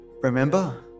remember